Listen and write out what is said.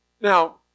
Now